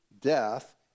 death